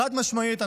חד-משמעית,